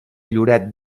lloret